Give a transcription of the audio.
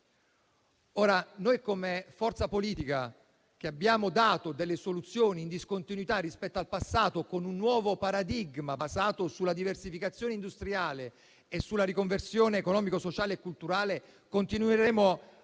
Noi, come forza politica che ha dato delle soluzioni in discontinuità rispetto al passato, con un nuovo paradigma basato sulla diversificazione industriale e sulla riconversione economico-sociale e culturale, continueremo a lottare